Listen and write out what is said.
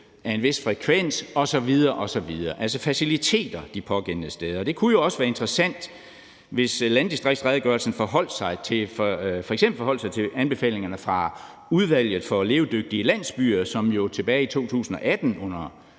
med en vis frekvens osv. osv.? Det handler altså om faciliteterne de pågældende steder. Det kunne jo også være interessant, hvis landdistriktsredegørelsen f.eks. forholdt sig til anbefalingerne fra Udvalget for levedygtige landsbyer, som jo tilbage i 2018,